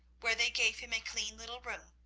where they gave him a clean little room,